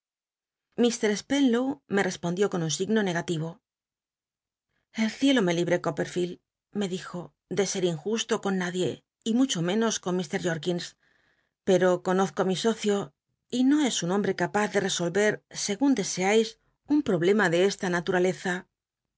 r spcnlow me tespond ió con un signo negativo el ciclo me libte coppcrflcltl me dij o de sct injusto con nadie y mucho menos con ir jorkins pero conozco ti mi socio y no es un hom bte ca paz de resolver segun dcscais un problema de esta